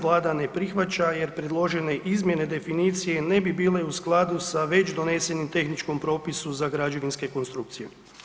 Vlada ne prihvaća jer predložene izmjene definicije ne bi bile u skladu sa već donesenom tehničkom propisu za građevinske konstrukcije.